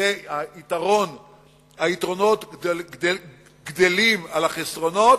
שהיתרונות גדולים מהחסרונות,